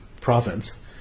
province